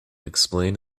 explain